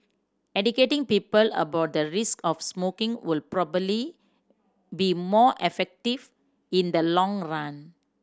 educating people about the risk of smoking would probably be more effective in the long run